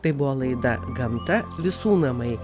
tai buvo laida gamta visų namai